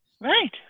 Right